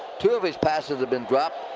two of his passes have been dropped.